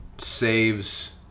saves